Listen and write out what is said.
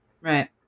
right